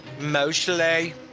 Mostly